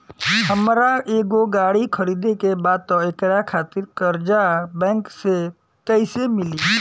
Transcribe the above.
हमरा एगो गाड़ी खरीदे के बा त एकरा खातिर कर्जा बैंक से कईसे मिली?